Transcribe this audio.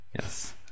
Yes